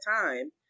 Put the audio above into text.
time